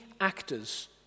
actors